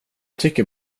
tycker